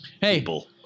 people